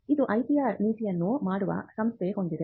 ಇದು IPR ನೀತಿಯನ್ನು ಮಾಡುವ ಸಂಸ್ಥೆ ಹೊಂದಿದೆ